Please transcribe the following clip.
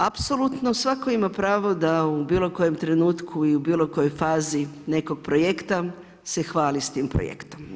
Apsolutno svatko ima pravo da u bilo kojem trenutku i u bilo kojoj fazi nekog projekta se hvali s tim projektom.